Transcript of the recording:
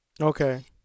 Okay